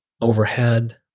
overhead